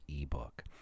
ebook